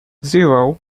zero